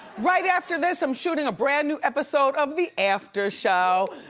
right after this i'm shooting a brand-new episode of the after show.